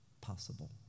possible